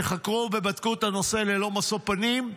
שחקרו ובדקו את הנושא ללא משוא פנים,